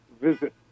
visit